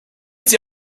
sie